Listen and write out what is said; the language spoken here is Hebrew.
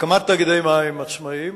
הקמת תאגידי מים עצמאיים